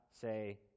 say